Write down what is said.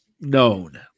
known